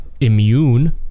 immune